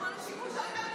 שיבוש הליכי משפט.